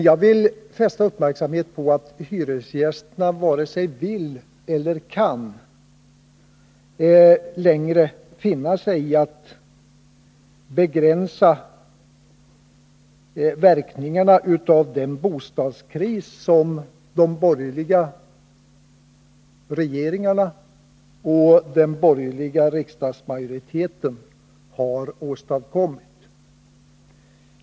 Jag vill emellertid fästa uppmärksamheten på att hyresgästerna inte längre vare sig vill eller kan finna sig i att begränsa verkningarna av den bostadskris som de borgerliga regeringarna och den borgerliga riksdagsmajoriteten har åstadkommit.